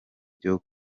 byo